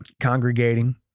congregating